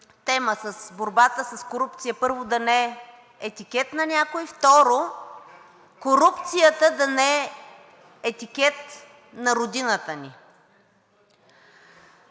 тема с борбата с корупция, първо, да не е етикет на някой. Второ, корупцията да не е етикет на родината ни.